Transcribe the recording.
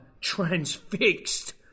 Transfixed